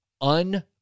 un-